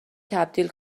تبدیل